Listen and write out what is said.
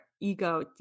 ego